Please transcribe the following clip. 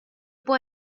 può